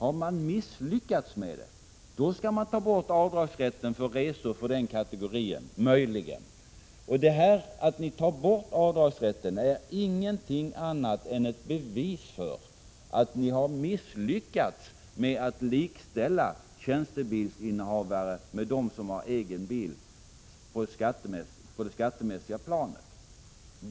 Om man misslyckas, skall man för den kategorin möjligen slopa rätten till avdrag för resor. Att ni tar bort avdragsrätten är ingenting annat än ett bevis för att ni har misslyckats med att på det skattemässiga planet likställa tjänstebilsinnehavare med dem som har egen bil.